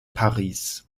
paris